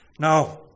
Now